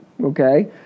Okay